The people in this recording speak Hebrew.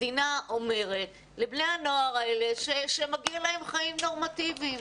המדינה אומרת לבני הנוער האלה שמגיע להם חיים נורמטיביים.